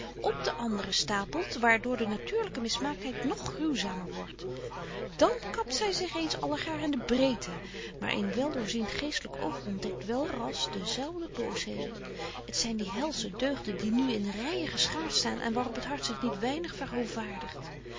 op de andere stapelt waar door de natuurlyke mismaaktheid nog gruwzamer wordt dan kapt zy zich eens allegaar in de breedte maar een wel doorzient geestlyk oog ontdekt wel betje wolff en aagje deken historie van mejuffrouw sara burgerhart rasch de zelfde boosheden t zyn die helsche deugden die nu in reien geschaart staan en waaröp het hart zich niet weinig